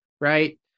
right